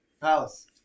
Palace